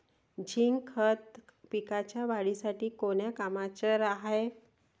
Zinc खत पिकाच्या वाढीसाठी कोन्या कामाचं हाये?